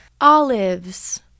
olives